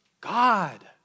God